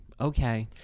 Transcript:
Okay